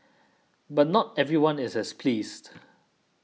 but not everyone is as pleased